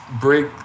break